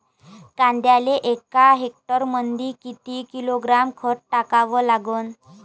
कांद्याले एका हेक्टरमंदी किती किलोग्रॅम खत टाकावं लागन?